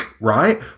right